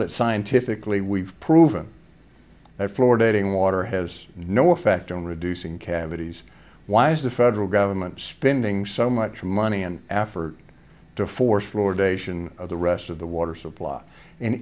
that scientifically we've proven that floor dating water has no effect on reducing cavities why is the federal government spending so much money and effort to force fluoridation of the rest of the water supply and